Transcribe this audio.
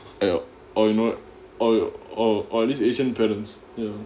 help or you know or or or at least asian parents ya